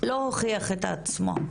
לא הוכיח את עצמו.